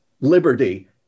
liberty